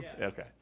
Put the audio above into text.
Okay